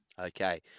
Okay